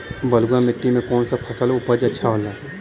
बलुआ मिट्टी में कौन सा फसल के उपज अच्छा होखी?